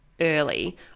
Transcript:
early